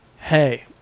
hey